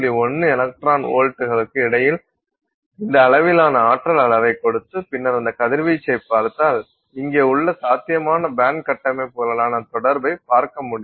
1 electron வோல்ட்டுகளுக்கு இடையில் இந்த அளவிலான ஆற்றல் அளவைக் கொடுத்து பின்னர் அந்த கதிர்வீச்சை பார்த்தால் இங்கே உள்ள சாத்தியமான பேண்ட் கட்டமைப்புகளுடனான தொடர்பை பார்க்க முடியும்